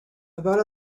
about